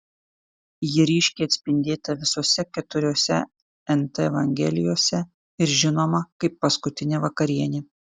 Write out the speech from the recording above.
ji ryškiai atspindėta visose keturiose nt evangelijose ir žinoma kaip paskutinė vakarienė